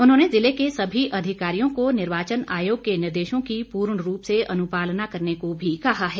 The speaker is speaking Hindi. उन्होंने जिले के सभी अधिकारियों को निर्वाचन आयोग के निर्देशों की पूर्ण रूप से अनुपालना करने को भी कहा है